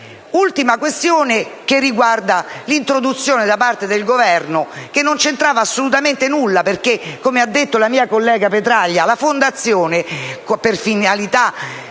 L'ultima questione riguarda l'introduzione, da parte del Governo, di un aspetto che non c'entrava assolutamente nulla. Come ha detto la mia collega Petraglia, la fondazione per finalità